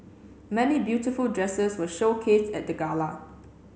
many beautiful dresses were showcased at the gala